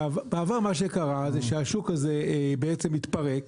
בעבר מה שקרה זה שהשוק הזה בעצם התפרק.